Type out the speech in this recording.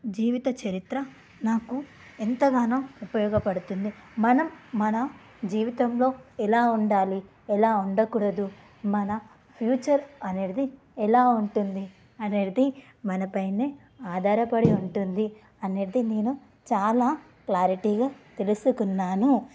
జీవిత చరిత్ర నాకు ఎంతగానో ఉపయోగపడుతుంది మనం మన జీవితంలో ఎలా ఉండాలి ఎలా ఉండకూడదు మన ఫ్యూచర్ అనేటిది ఎలా ఉంటుంది అనేటిది మన పైనే ఆధారపడి ఉంటుంది అనేటిది నేను చాలా క్లారిటీగా తెలుసుకున్నాను